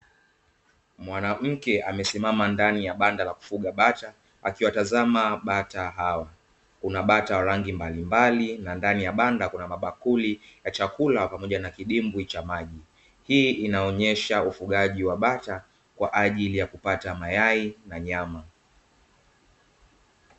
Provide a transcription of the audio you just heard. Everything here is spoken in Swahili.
Mwanamke amesimama ndani ya banda la kufuga bata akiwatazama bata hao, kuna bata wa rangi mbalimbali na ndani ya banda kuna mabakuli ya chakula, pamoja na kidimbwi cha maji. Hii inaonesha ufugaji wa bata kwa ajili ya kupata mayai na nyama.